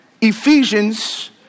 Ephesians